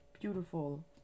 beautiful